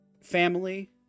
family